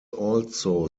also